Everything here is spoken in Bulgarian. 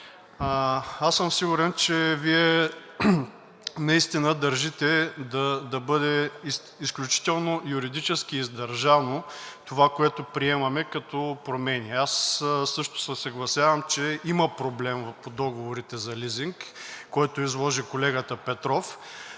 аз съм сигурен, че Вие наистина държите да бъде изключително юридически издържано това, което приемаме като промени. Аз също се съгласявам, че има проблем по договорите за лизинг, който изложи колегата Петров.